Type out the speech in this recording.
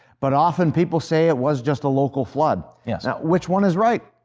but often, people say it was just a local flood. yeah which one is right?